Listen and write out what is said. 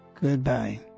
Goodbye